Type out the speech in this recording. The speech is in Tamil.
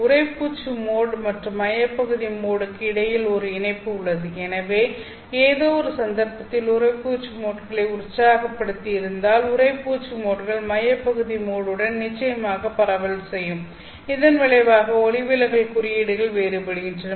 உறைப்பூச்சு மோட் மற்றும் மையப்பகுதி மோடுக்கு இடையில் ஒரு இணைப்பு உள்ளது எனவே ஏதோ ஒரு சந்தர்ப்பத்தில் உறைப்பூச்சு மோட்களை உற்சாகப்படுத்தியிருந்தால் உறைப்பூச்சு மோட்கள் மையப்பகுதி மோடுடன் நிச்சயமாக பரவல் செய்யும் இதன் விளைவாக ஒளிவிலகல் குறியீடுகள் வேறுபடுகின்றன